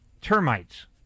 termites